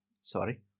sorry